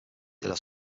della